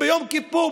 ביום כיפור,